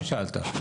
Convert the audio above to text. מה ששאלת.